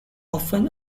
often